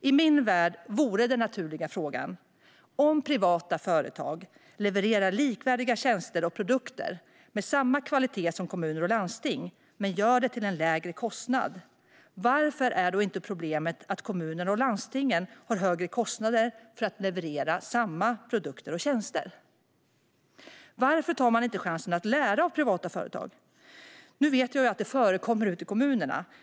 I min värld vore den naturliga frågan: Om privata företag levererar likvärdiga tjänster och produkter med samma kvalitet som kommuner och landsting men till en lägre kostnad, varför har då kommuner och landsting högre kostnader för att leverera samma produkter och tjänster? Varför tar man inte chansen att lära av privata företag? Nu vet jag att man gör det ute i kommunerna.